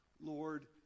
Lord